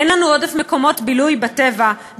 אין לנו עודף מקומות בילוי בטבע,